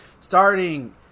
Starting